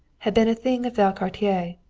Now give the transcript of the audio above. had been a thing of valcartier,